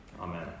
Amen